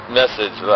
message